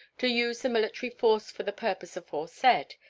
to use the military force for the purpose aforesaid,